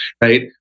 Right